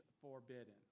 forbidden